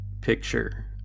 picture